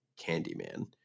Candyman